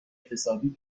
اقتصادی